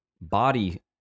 body